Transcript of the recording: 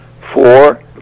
four